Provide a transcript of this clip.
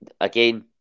again